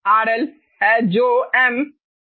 यह दुर्भाग्यवश RP RN से विभाजित नहीं होता है